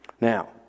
Now